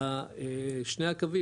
בשני הקווים,